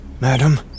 madam